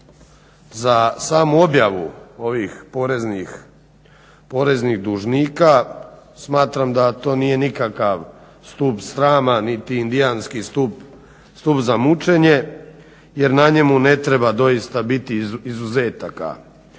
za samu objavu ovih poreznih dužnika smatram da to nije nikakav stup srama niti indijanski stup za mučenje jer na njemu ne treba doista biti izuzetaka.